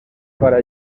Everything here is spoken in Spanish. para